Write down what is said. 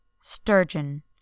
STURGEON